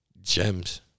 Gems